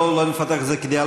בוא לא נפתח את זה כדיאלוג,